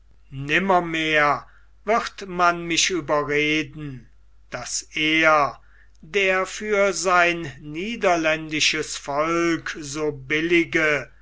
nimmermehr wird man mich überreden daß er der für sein niederländisches volk so billige